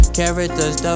Characters